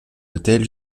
hôtel